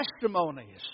testimonies